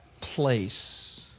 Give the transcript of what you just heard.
place